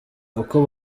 uko